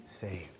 saved